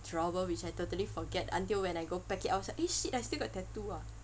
drawer which I totally forget until when I go pack it I was like eh shit ah I still got tattoo ah